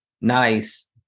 Nice